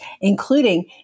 including